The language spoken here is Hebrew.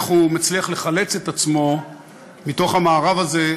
איך הוא מצליח לחלץ את עצמו מתוך המארב הזה,